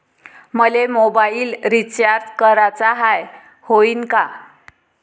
मले mobile recharge कराचा हाय, होईनं का?